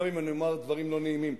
גם אם אומר דברים לא נעימים.